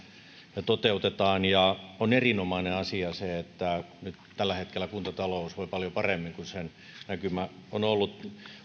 ja toteutetaan ja on erinomainen asia se että tällä hetkellä kuntatalous voi paljon paremmin kuin mikä näkymä on ollut